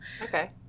Okay